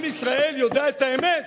עם ישראל יודע את האמת.